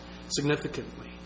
significantly